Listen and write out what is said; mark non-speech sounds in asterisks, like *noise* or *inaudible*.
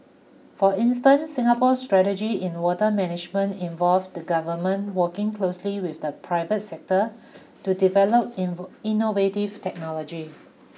for instance Singapore strategy in water management involve the government working closely with the private sector to develop *unintelligible* innovative technology